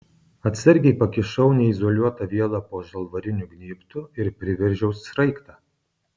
atsargiai pakišau neizoliuotą vielą po žalvariniu gnybtu ir priveržiau sraigtą